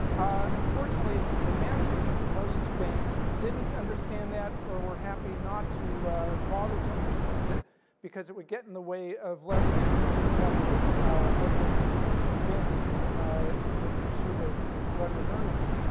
unfortunately the management of most banks didn't understand that or were happy not to bother to understand it because it would get in the way of leveraging and keeping up with other banks in their pursuit of levered earnings.